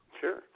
Sure